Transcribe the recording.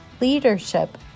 leadership